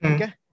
Okay